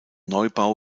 neubau